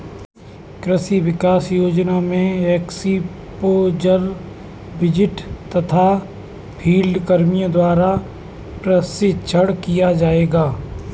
कृषि विकास योजना में एक्स्पोज़र विजिट तथा फील्ड कर्मियों द्वारा प्रशिक्षण किया जाएगा